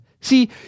See